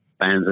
fans